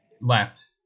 Left